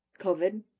COVID